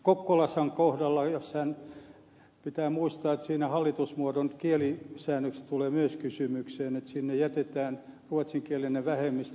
kokkolassa on kohdallaan pitää muistaa että siinä hallitusmuodon kielisäännökset tulevat myös kysymykseen että sinne jätetään ruotsinkielinen vähemmistö